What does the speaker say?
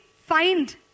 find